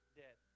dead